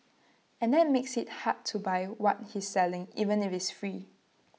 and that makes IT hard to buy what he's selling even if it's free